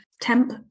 temp